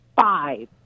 five